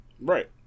right